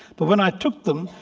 but when i took them,